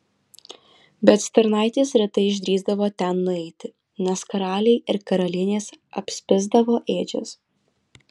bet stirnaitės retai išdrįsdavo ten nueiti nes karaliai ir karalienės apspisdavo ėdžias